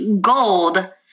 gold